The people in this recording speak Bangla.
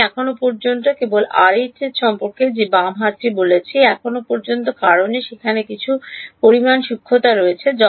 আমি এখন পর্যন্ত কেবল আরএইচএস সম্পর্কে যে বাম হাতটি বলেছি এখনও পর্যন্ত কারণ সেখানে কিছু পরিমাণ সূক্ষ্মতা রয়েছে